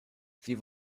sie